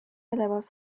لباس